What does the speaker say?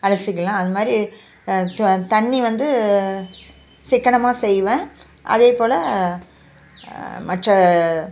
அலசிக்கலாம் அது மாதிரி த தண்ணி வந்து சிக்கனமாக செய்வேன் அதேபோல் மற்ற